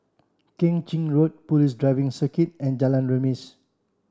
Keng Chin Road Police Driving Circuit and Jalan Remis